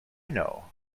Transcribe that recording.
know